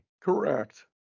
Correct